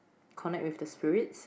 connect with the spirits